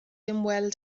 ymweld